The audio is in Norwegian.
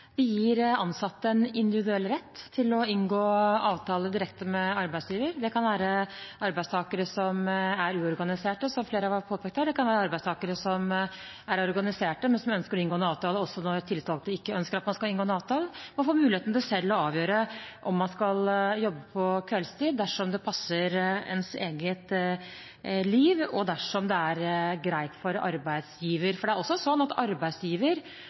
gir ansatte en individuell rett til å inngå avtale direkte med arbeidsgiver. Det kan være arbeidstakere som er uorganiserte, som flere har påpekt her. Det kan være arbeidstakere som er organisert, men som ønsker å inngå en avtale når tillitsvalgte ikke ønsker at man skal inngå en avtale. Man får muligheten til selv å avgjøre om man skal jobbe på kveldstid dersom det passer ens eget liv, og dersom det er greit for arbeidsgiveren, for også arbeidsgiveren må akseptere at